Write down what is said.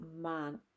Man